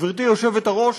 גברתי היושבת-ראש,